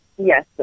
Yes